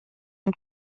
und